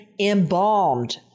embalmed